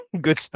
*Good